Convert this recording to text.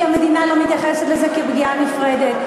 כי המדינה לא מתייחסת לזה כלפגיעה נפרדת,